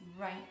right